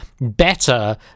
better